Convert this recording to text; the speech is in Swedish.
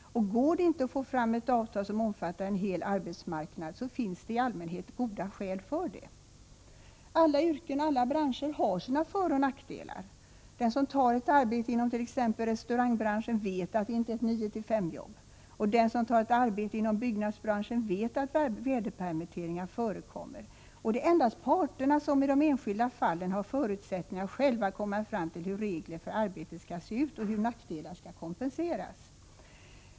Går det inte att få fram ett avtal som omfattar hela arbetsmarknaden finns det i allmänhet goda skäl för det. Alla yrken och branscher har sina föroch nackdelar. Den som tar ett arbete inom t.ex. restaurangbranschen vet att det inte är ett 9-5-jobb. Den som tar ett arbete inom byggnadsbranschen vet att väderpermitteringar förekommer. Det är endast parterna som i de enskilda fallen har förutsättningar att själva komma fram till hur regler för arbetet skall se ut och hur nackdelar skall kompenseras.